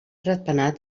ratpenat